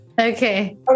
Okay